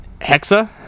Hexa